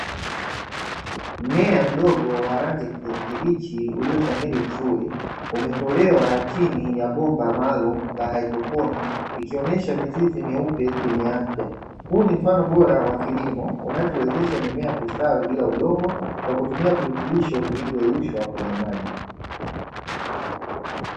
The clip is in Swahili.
Mmea mdogo wa rangi ya kijani kibichi ulioshamiri vizuri, umetolewa chini ya bomba maalumu ya haidroponi ikionyesha mimizi meupe yenye afya, huu ni mfano bora wa kilimo unaowezesha mimea kustawi bila kutumia udongo kwa kutumia virutubisho vilivyoyeyusha kwenye maji.